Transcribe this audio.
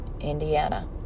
Indiana